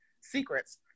secrets